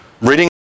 Reading